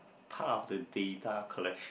part of the data collection